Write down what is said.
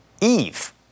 Eve